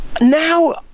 now